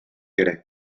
ere